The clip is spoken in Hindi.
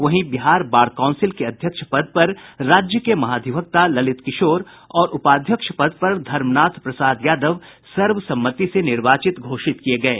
वहीं बिहार बार काउंसिल के अध्यक्ष पद पर राज्य के महाधिवक्ता ललित किशोर और उपाध्यक्ष पद पर धर्मनाथ प्रसाद यादव सर्वसम्मति से निर्वाचित घोषित किये गये